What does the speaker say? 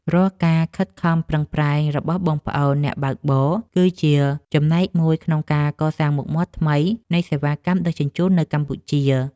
រាល់ការខិតខំប្រឹងប្រែងរបស់បងប្អូនអ្នកបើកបរ គឺជាចំណែកមួយក្នុងការកសាងមុខមាត់ថ្មីនៃសេវាកម្មដឹកជញ្ជូននៅកម្ពុជា។